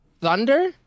Thunder